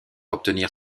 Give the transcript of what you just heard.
obtenir